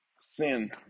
sin